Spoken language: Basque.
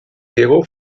diegu